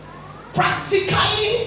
practically